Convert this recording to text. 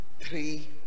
three